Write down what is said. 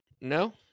no